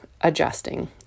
adjusting